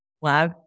Wow